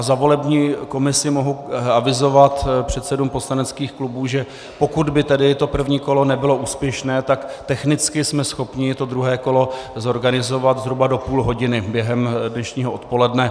Za volební komisi můžu avizovat předsedům poslaneckých klubů, že pokud by tedy první kolo nebylo úspěšné, tak technicky jsme schopni druhé kolo zorganizovat zhruba do půl hodiny během dnešního odpoledne.